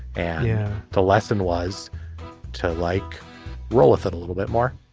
and the lesson was to like roll with it a little bit more